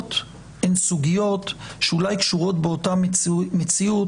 הסוגיות הן סוגיות שאולי קשורות באותה מציאות,